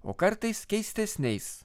o kartais keistesniais